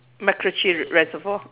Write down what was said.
macritchie reservoir